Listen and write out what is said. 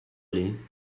aller